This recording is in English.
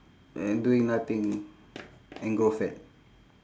and doing nothing and grow fat